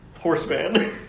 Horseman